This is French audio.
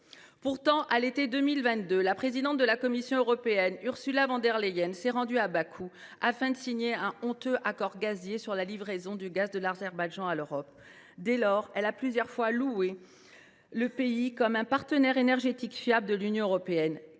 Pourtant, à l’été 2022, la présidente de la Commission européenne, Ursula von der Leyen, s’était rendue à Bakou afin de signer un accord honteux sur la livraison du gaz de l’Azerbaïdjan à l’Europe. Par la suite, elle a plusieurs fois loué ce pays comme un « partenaire énergétique fiable » de l’Union européenne.